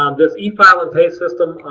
um this efile and pay system,